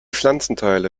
pflanzenteile